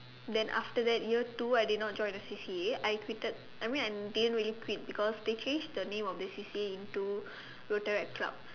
then after that year two I did not join A C_C_A I quitted I mean I didn't really quit because they changed the name of the C_C_A into retract club